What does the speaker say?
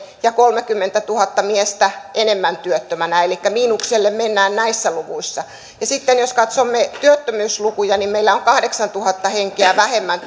ja kolmekymmentätuhatta miestä enemmän kuin vuosi sitten elikkä miinukselle mennään näissä luvuissa sitten jos katsomme työttömyyslukuja niin meillä on työttömänä kahdeksantuhatta henkeä vähemmän